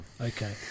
Okay